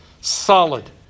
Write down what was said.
solid